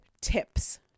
tips